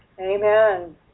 Amen